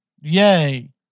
Yay